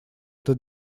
эта